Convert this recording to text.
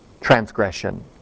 transgression